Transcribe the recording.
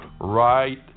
right